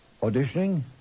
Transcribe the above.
Auditioning